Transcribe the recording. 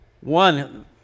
one